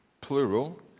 plural